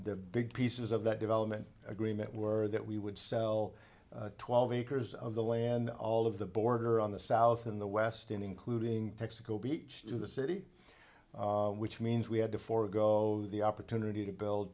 the big pieces of that development agreement were that we would sell twelve acres of the land all of the border on the south in the west including texaco beach to the city which means we had to forgo the opportunity to build